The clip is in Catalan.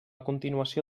continuació